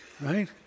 Right